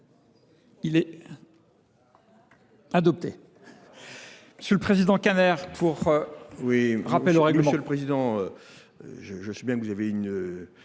il est adopté,